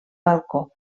balcó